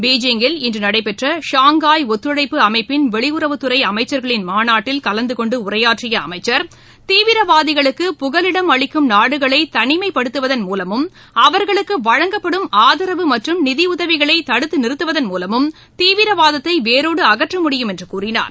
பீஜிங்கில் இன்று நடைபெற்ற ஷாங்காய் ஒத்துழைப்பு அமைப்பின் வெளியுறவுத்துறை அமைச்சர்களின் மாநாட்டில் கலந்து கொண்டு உரையாற்றிய அமைச்சர் தீவிரவாதிகளுக்கு புகலிடம் அளிக்கும் நாடுகளை தனிமைப்படுத்துவதன் மூலமம் அவர்களுக்கு வழங்கப்படும் ஆதரவு மற்றும் நிதியுதவிகளை தடுத்து நிறுத்துவதன் மூலமும் தீவிரவாதத்தை வேரோடு அகற்ற முடியும் என்று கூறினார்